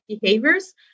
behaviors